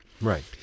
Right